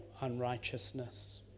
unrighteousness